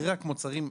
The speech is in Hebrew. רק מוצרים,